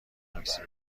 تاکسی